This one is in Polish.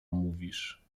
mówisz